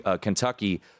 Kentucky